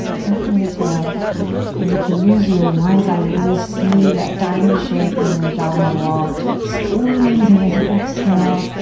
lifting the tail and you can use your mind's eye to really see that diamond shape in the abdominal wall squeezing as you exhale,